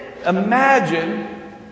imagine